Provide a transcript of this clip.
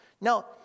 Now